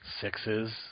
sixes